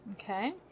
Okay